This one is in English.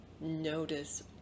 notice